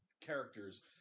characters